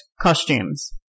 costumes